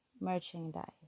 merchandise